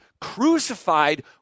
crucified